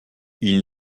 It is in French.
ils